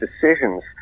decisions